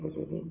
ଓ